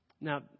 Now